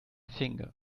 finger